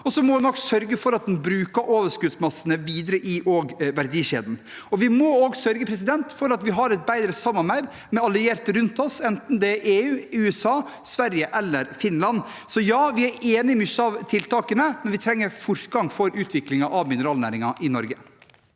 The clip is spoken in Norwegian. Så må en sørge for at en bruker overskuddsmassene videre i verdikjeden. Vi må også sørge for et bedre samarbeid med allierte rundt oss, enten det er med EU, USA, Sverige eller Finland. Så ja, vi er enig i mye av tiltakene, men vi trenger fortgang i utviklingen av mineralnæringen i Norge.